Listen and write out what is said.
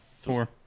Four